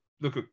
Look